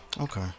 okay